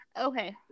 Okay